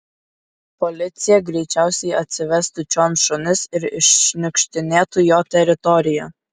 policija greičiausiai atsivestų čion šunis ir iššniukštinėtų jo teritoriją